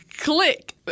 click